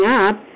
up